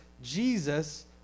jesus